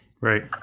Right